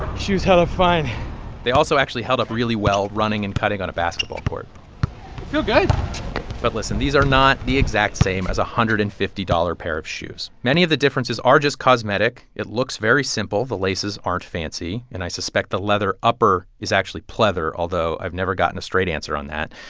shoes held up fine they also actually held up really well running and cutting on a basketball court they feel good but listen, these are not the exact same as a one hundred and fifty dollars pair of shoes. many of the differences are just cosmetic. it looks very simple. the laces aren't fancy, and i suspect the leather upper is actually pleather, although i've never gotten a straight answer on that.